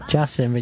Justin